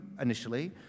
initially